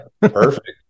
Perfect